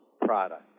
product